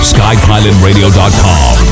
SkyPilotRadio.com